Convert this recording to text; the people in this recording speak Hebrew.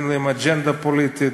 אין להם אג'נדה פוליטית.